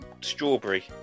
strawberry